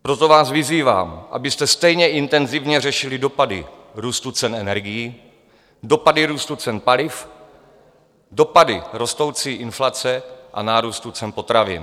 Proto vás vyzývám, abyste stejně intenzivně řešili dopady růstu cen energií, dopady růstu cen paliv, dopady rostoucí inflace a nárůstu cen potravin.